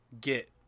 get